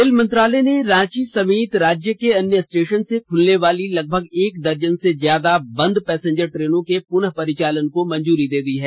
rail मंत्रालय ने रांची समेत राज्य के अन्य स्टेशन से खुलने वाली लगभग एक दर्जन से ज्यादा बंद पैसेंजर ट्रेनों के पुनः परिचालन की मंजूरी दे दी है